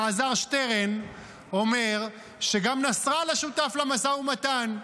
אלעזר שטרן אומר, שגם נסראללה שותף למשא ומתן.